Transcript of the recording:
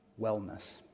wellness